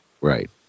Right